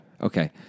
Okay